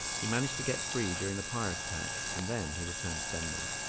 he managed to get free during the pirate attack and then he returned to denmark.